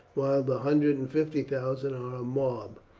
while the hundred and fifty thousand are a mob.